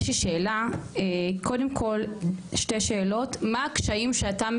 יש לי שתי שאלות: מה הקשיים שאתה,